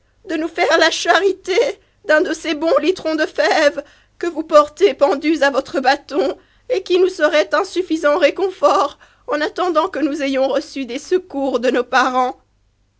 de nous faire la charité d'un de ces bons litrons de fèves que vous portez pendus à votre bâton et qui nous serait un suffisant réconfort en attendant que nous ayons reçu des secours de nos parents